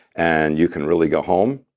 and you can really go home.